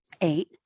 eight